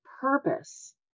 purpose